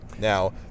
Now